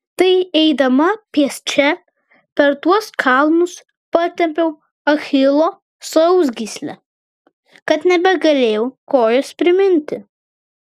tai eidama pėsčia per tuos kalnus patempiau achilo sausgyslę kad nebegalėjau kojos priminti